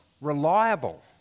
reliable